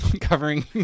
covering